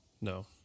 No